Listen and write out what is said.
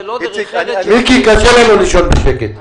קשה לנו לישון בשקט.